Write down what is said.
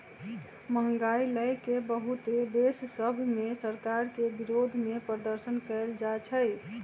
महंगाई लए के बहुते देश सभ में सरकार के विरोधमें प्रदर्शन कएल जाइ छइ